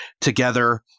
together